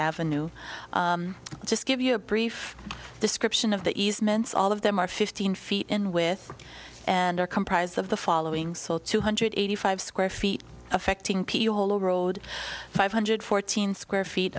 avenue just give you a brief description of the easements all of them are fifteen feet in with and are comprised of the following so two hundred eighty five square feet affecting piolo road five hundred fourteen square feet